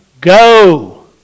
go